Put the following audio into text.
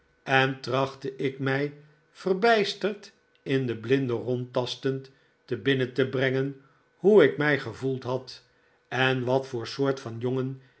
en trachtte ik mij verbijsterd in den blinde rondtastend te binnen te brengen hoe ik mij gevoeld had en wat voor soort van jongen